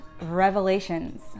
revelations